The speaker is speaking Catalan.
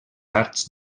arts